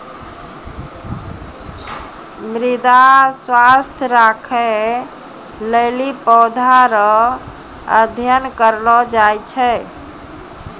मृदा स्वास्थ्य राखै लेली पौधा रो अध्ययन करलो जाय छै